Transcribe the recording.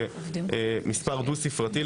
ומספר דו-ספרתי,